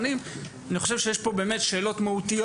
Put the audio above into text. כשאומרים אוטונומיה כהכללה